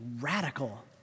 radical